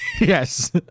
Yes